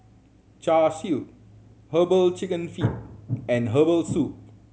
Char Siu Herbal Chicken Feet and herbal soup